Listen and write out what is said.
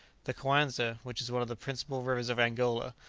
the coanza, which is one of the principal rivers of angola,